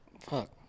Fuck